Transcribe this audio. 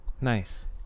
Nice